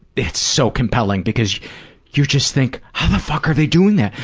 it's so compelling. because you just think, how the fuck are they doing that?